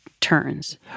turns